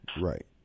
Right